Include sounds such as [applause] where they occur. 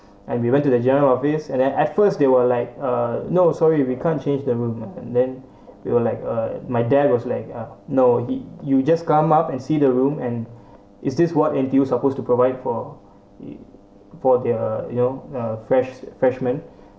and we went to the general office and then at first they were like uh no sorry we can't change the room and then we will like uh my dad was like uh no it you just come up and see the room and is this what N_T_U supposed to provide for it for their you know uh fresh freshmen [breath]